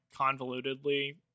convolutedly